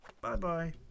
Bye-bye